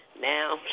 Now